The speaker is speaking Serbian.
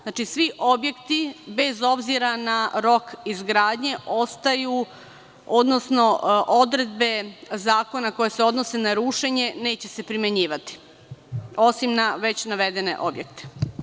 Znači, svi objektibez obzira na rok izgradnje ostaju, odnosno odredbe zakona koje se odnose na rušenje neće se primenjivati, osim na već navedene objekte.